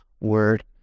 word